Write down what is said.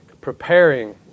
preparing